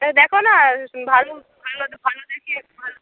তাহলে দেখো না ভালো ভালো দেখে ভালো